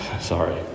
Sorry